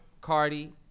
Cardi